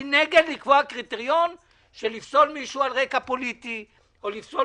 אני נגד לקבוע קריטריון של לפסול מישהו על רקע פוליטי או לפסול